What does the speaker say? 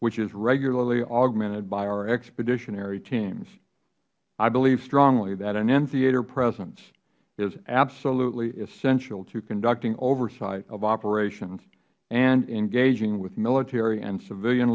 which is regularly augmented by our expeditionary teams i believe strongly that an in theater presence is absolutely essential to conducting oversight of operations and engaging with military and civilian